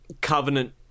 Covenant